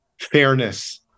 fairness